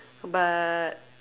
but